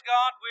God